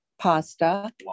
pasta